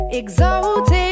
exalted